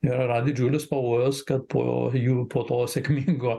ir yra didžiulis pavojus kad po jum po to sėkmingo